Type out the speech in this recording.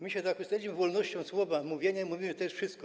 My się zachłysnęliśmy wolnością słowa, mówienia i mówimy też wszystko.